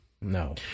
No